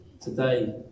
Today